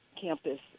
campus